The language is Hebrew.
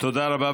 תודה רבה.